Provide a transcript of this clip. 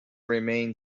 remain